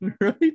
Right